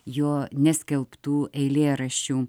jo neskelbtų eilėraščių